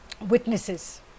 witnesses